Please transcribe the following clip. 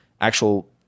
actual